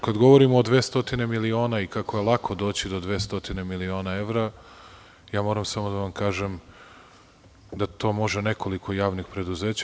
Kada govorimo o 200 miliona i kako je lako doći do 200 miliona evra, moram samo da vam kažem da to može nekoliko javnih preduzeća.